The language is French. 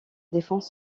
défense